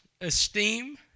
esteem